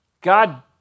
God